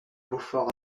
beaufort